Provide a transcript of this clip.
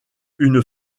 une